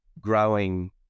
growing